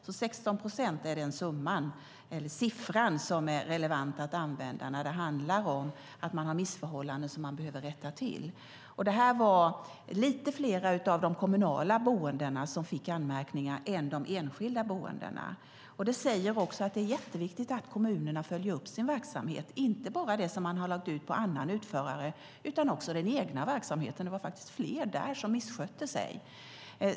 16 procent är alltså den siffra som är relevant att använda när det handlar om att hemmen har missförhållanden som de behöver rätta till. Det var lite fler av de kommunala boendena som fick anmärkningar än de enskilda boendena. Det säger att det är jätteviktigt att kommunerna följer upp sin verksamhet, inte bara det man har lagt ut på annan utförare utan också den egna verksamheten - det var faktiskt fler där som misskötte sig.